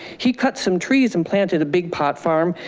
he cuts some trees and planted a big pot farm.